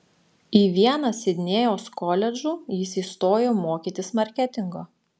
į vieną sidnėjaus koledžų jis įstojo mokytis marketingo